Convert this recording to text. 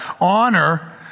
honor